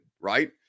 right